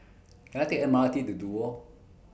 Can I Take M R T to Duo